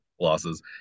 losses